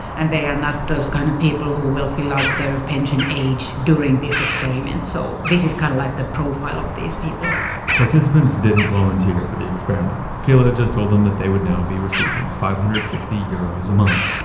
and they are not those kind of people who will fill out their pension age during this experiment so this is kind of like the profile of these people participants didn't volunteer for the experiment. kela just told them that they would now be receiving five hundred and sixty euros a month.